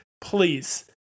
please